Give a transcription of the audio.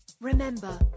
Remember